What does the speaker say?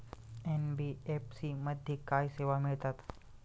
NBFC मध्ये काय सेवा मिळतात?